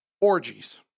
orgies